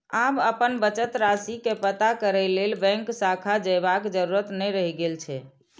आब अपन बचत राशि के पता करै लेल बैंक शाखा जयबाक जरूरत नै रहि गेल छै